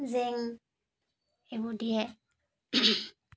জেং এইবোৰ দিয়ে